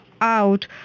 out